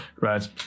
right